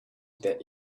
that